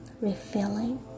refilling